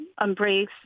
embrace